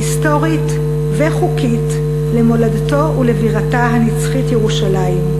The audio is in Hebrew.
היסטורית וחוקית למולדתו ולבירתה הנצחית ירושלים.